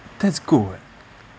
that's good eh